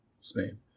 Spain